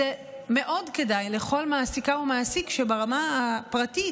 זה מאוד כדאי לכל מעסיקה ומעסיק שברמה הפרטית,